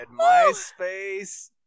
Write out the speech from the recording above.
Myspace